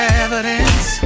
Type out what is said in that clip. evidence